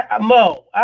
Mo